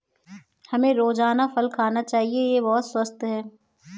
हमें रोजाना फल खाना चाहिए, यह बहुत स्वस्थ है